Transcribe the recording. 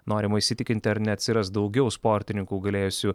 norima įsitikinti ar neatsiras daugiau sportininkų galėjusių